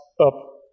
up